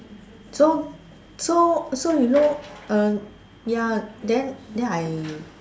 so so so you know uh ya then then I